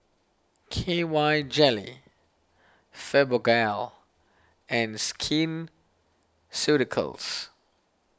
K Y Jelly Fibogel and Skin Ceuticals